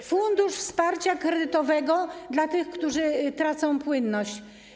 Mamy fundusz wsparcia kredytowego dla tych, którzy tracą płynność.